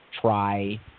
try